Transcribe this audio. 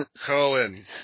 Cohen